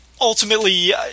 ultimately